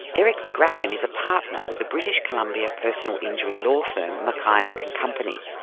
eric magraken is a partner with the british columbia personal injury law firm macissac and company.